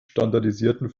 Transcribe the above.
standardisierten